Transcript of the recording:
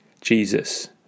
Jesus